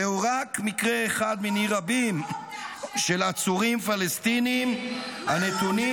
זהו רק מקרה אחד מני רבים של עצורים פלסטינים הנתונים